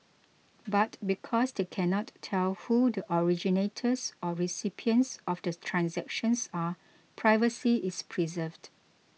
but because they cannot tell who the originators or recipients of the transactions are privacy is preserved